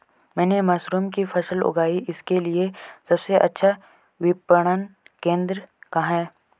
मैंने मशरूम की फसल उगाई इसके लिये सबसे अच्छा विपणन केंद्र कहाँ है?